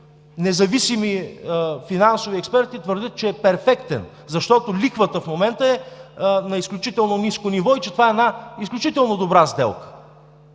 независими финансови експерти, твърдят, че е перфектен, защото лихвата в момента е на изключително ниско ниво и че това е изключително добра сделка.